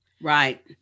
Right